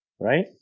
right